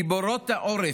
גיבורות העורף,